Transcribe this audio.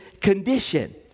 condition